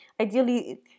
ideally